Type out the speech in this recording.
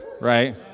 right